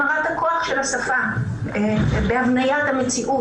הן גם מראות את הכוח של השפה בהבניית המציאות.